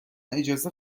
اجازه